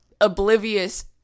oblivious